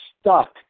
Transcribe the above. stuck